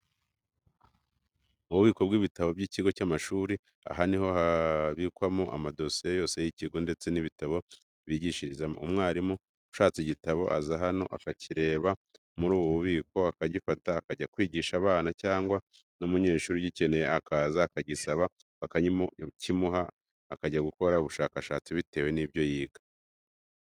Ububiko bw'ibitabo by'ikigo cy'amashuri, aha ni ho habikwamo amadosiye yose y'ikigo, ndetse n'ibitabo bigishirizamo. Umwarimu ushatse igitabo aza hano akakireba muri ubu bubiko, akagifata akajya kwigisha abana cyangwa n'umunyeshuri ugikeneye akaza akagisaba bakakimuha akajya gukora ubushakashatsi bitewe n'ibyo yiga.